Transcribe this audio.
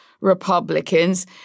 Republicans